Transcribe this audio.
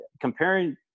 Comparing